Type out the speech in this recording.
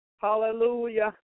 Hallelujah